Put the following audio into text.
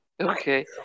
Okay